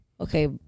okay